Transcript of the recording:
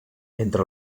entre